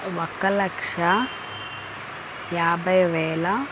ఒక లక్ష యాభై వేల